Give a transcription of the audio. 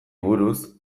buruz